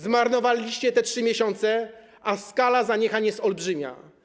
Zmarnowaliście te 3 miesiące, a skala zaniechań jest olbrzymia.